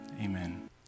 Amen